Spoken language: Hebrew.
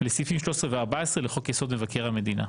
לסעיפים 13 ו-14 לחוק יסוד: מבקר המדינה.